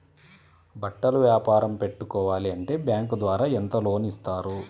బట్టలు వ్యాపారం పెట్టుకోవాలి అంటే బ్యాంకు ద్వారా ఎంత లోన్ ఇస్తారు?